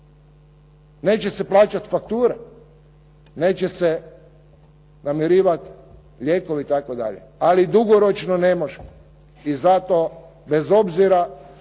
neće se plaćati faktura, neće se namirivati lijekovi, itd. ali dugoročno ne može. I zato bez obzira